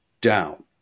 down